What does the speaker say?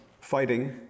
fighting